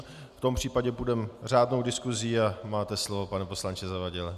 V tom případě půjdeme řádnou diskusí a máte slovo, pane poslanče Zavadile.